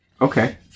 Okay